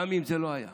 גם אם זה לא היה,